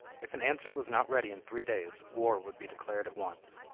if an answer was not ready in three days, war would be declared at once.